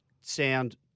sound